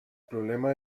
problema